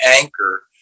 anchor